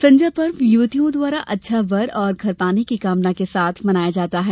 संजा पर्व युवतियों द्वारा अच्छा वर और घर पाने की कामना से मनाया जाता है